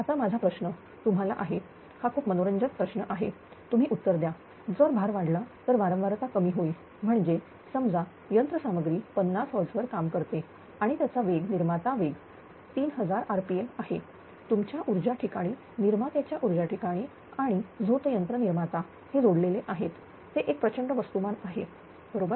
आता माझा प्रश्न तुम्हाला आहे हा खूप मनोरंजक प्रश्न आहे तुम्ही उत्तर द्या जर भार वाढला तर वारंवारता कमी होईल म्हणजेच समजा यंत्रसामग्री 50 Hz वर काम करते आणि त्याचा वेग निर्माता वेग 3000rpm आहे तुमच्या ऊर्जा ठिकाणी निर्मात्याच्या ऊर्जा ठिकाणी आणि झोत यंत्र निर्माता हे जोडलेले आहेतते एक प्रचंड वस्तुमान आहे बरोबर